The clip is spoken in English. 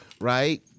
Right